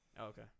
Okay